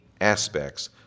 aspects